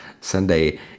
Sunday